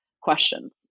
questions